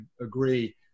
agree